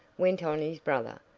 went on his brother.